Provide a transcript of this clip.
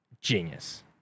genius